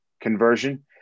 conversion